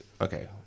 okay